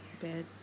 bed